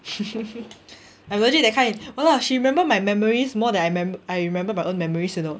I'm legit that kind !walao! she remember my memories more than I remember I remember my own memories you know